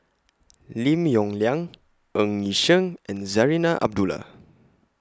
Lim Yong Liang Ng Yi Sheng and Zarinah Abdullah